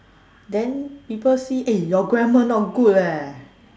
then people see eh your grammar not good leh